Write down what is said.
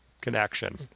connection